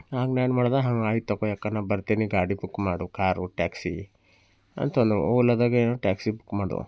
ಹಂಗೆ ನಾನು ಏನು ಮಾಡಿದೆ ಹ ಹಾಗಾಯ್ತಪ್ಪ ಯಾಕನ್ನ ಬರ್ತೀನಿ ಗಾಡಿ ಬುಕ್ ಮಾಡು ಕಾರು ಟ್ಯಾಕ್ಸಿ ಅಂತ ಓಲಾದಾಗೆ ಟ್ಯಾಕ್ಸಿ ಬುಕ್ ಮಾಡು